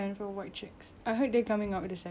they say twenty twenty kan